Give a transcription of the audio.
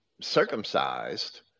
circumcised